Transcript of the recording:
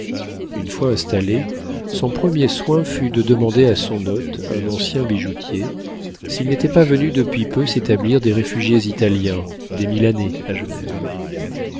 une fois installé son premier soin fut de demander à son hôte un ancien bijoutier s'il n'était pas venu depuis peu s'établir des réfugiés italiens des milanais à